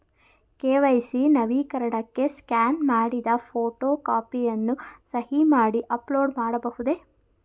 KYC ನವೀಕರಣಕ್ಕೆ scan ಮಾಡಿದ photo ಕಾಪಿಯನ್ನು ಸಹಿ ಮಾಡಿ ಅಪ್ಲೋಡ್ ಮಾಡಬಹುದೇ?